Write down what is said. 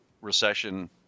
recession